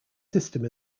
system